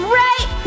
right